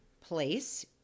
place